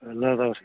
ಎಲ್ಲ ಇದಾವ್ರಿ